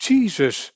Jesus